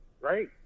Right